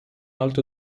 alto